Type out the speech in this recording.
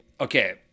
okay